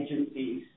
agencies